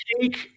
take –